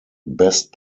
best